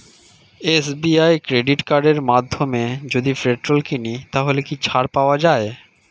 SBI credit কার্ডের মাধ্যমে যদি পেট্রোল কিনি তাহলে কি ছাড় পাওয়া যায়?